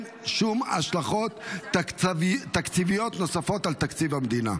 שום השלכות תקציביות נוספות על תקציב המדינה.